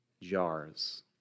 jars